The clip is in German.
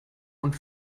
und